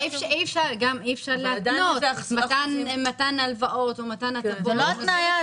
אי אפשר להתנות מתן הלוואות או מתן הטבות --- זה לא התניה,